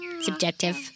subjective